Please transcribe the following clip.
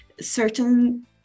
certain